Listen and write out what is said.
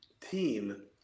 team